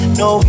no